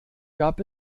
gab